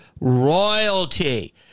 royalty